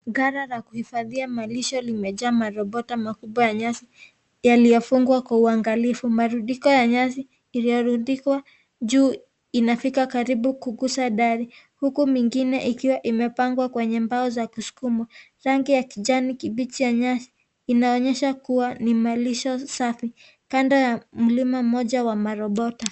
Ghala la kuhifadhia malisho limejaa marobota makubwa ya nyasi yaliyofungwa kwa uangalifu. Marundiko ya nyasi iliyorundikwa juu inafika karibu kugusa dari, huku mingine ikiwa imepangwa kwenye mbao za kusukumwa. Rangi ya kijani kibichi ya nyasi inaonyesha kuwa ni malisho safi, kando ya mlima mmoja wa marobota.